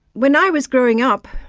when i was growing up,